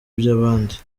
by’abandi